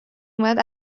اومد